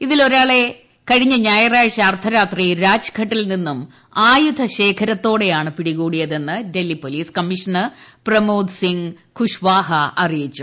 ഇതിൽ ് ഒരാളെ കഴിഞ്ഞ ഞായറാഴ്ച അർദ്ധരാത്രി രാജ്ഘട്ടിൽ നിന്നും ആയുധശേഖരത്തോടെയാണ് പിടികൂടിയതെന്ന് ഡൽഹി പൊലീസ് കമ്മീഷണർ പ്രമോദ് സിങ് കുശ്വാഹ അറിയിച്ചു